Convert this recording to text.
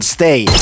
Stay